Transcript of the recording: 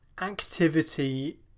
activity